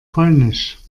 polnisch